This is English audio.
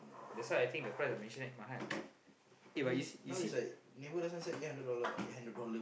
that's why I think the price of mansionette mahal eh but you you see